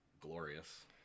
glorious